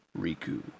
Riku